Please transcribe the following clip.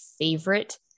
favorite